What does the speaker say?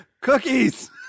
Cookies